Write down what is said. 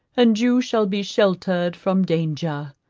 and you shall be sheltered from danger.